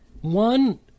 One